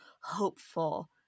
hopeful